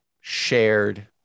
shared